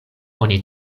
oni